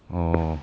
orh